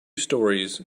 storeys